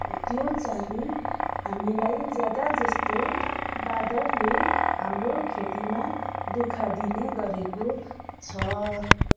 ऊ त्यो चाहिँ हामीलाई ज्यादा जस्तो बाँदरले हाम्रो खेतीमा दु ख दिने गरेको छ